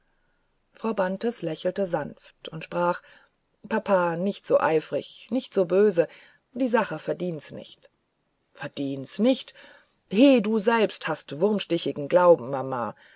frau bantes lächelte sanft und sprach papa nicht so eifrig nicht so böse die sache verdient's nicht verdient's nicht he du selbst hast wurmstichigen glauben mama